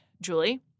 Julie